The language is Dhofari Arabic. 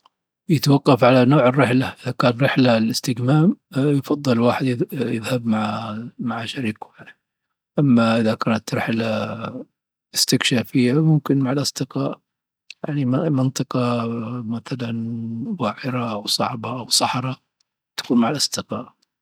يتوقف على نوع الرحلة. إذا الرحلة للاستجمام يفضل الواحد يذهب مع مع شريكه، أما إذا كانت رحلة استكشافية ممكن مع الأصدقاء، يعني منطقة مثلا وعرة أو صعبة أو صحراء تكون مع الأصدقاء.